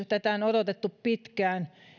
tätä lakiesitystä on odotettu pitkään